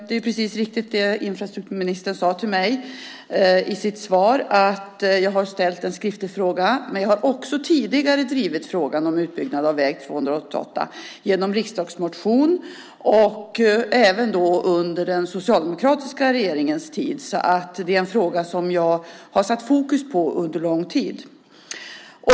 Det är riktigt som infrastrukturministern sade till mig i sitt svar att jag har ställt en skriftlig fråga, men jag har också tidigare drivit frågan om utbyggnad av väg 288 genom riksdagsmotion, även under den socialdemokratiska regeringens tid. Det är alltså en fråga som jag har satt fokus på under lång tid.